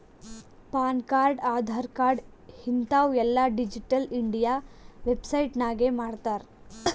PAN card, Aadhaar card ಹಿಂತಾವ್ ಎಲ್ಲಾ digital India website ನಾಗೆ ಮಾಡ್ತಾರ್